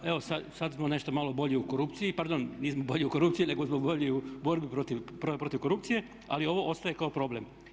Evo sad smo nešto malo bolji u korupciji, pardon nismo bolji u korupciji nego smo bolji u borbi protiv korupcije, ali ovo ostaje kao problem.